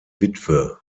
witwe